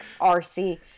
RC